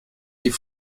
die